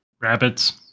rabbits